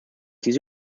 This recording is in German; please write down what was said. diese